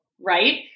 right